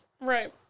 Right